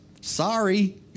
Sorry